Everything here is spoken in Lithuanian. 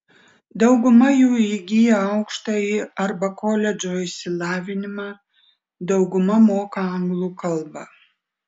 dauguma jų įgiję aukštąjį arba koledžo išsilavinimą dauguma moka anglų kalbą